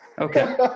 Okay